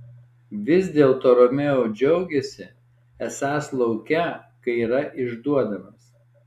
vis dėlto romeo džiaugėsi esąs lauke kai yra išduodamas